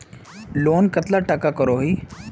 Loan कतला टाका करोही?